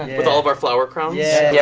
with all of our flower crowns. yeah yeah